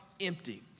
empty